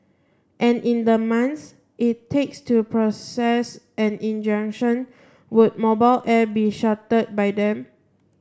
and in the months it takes to process an injunction would mobile air be shuttered by then